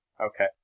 Okay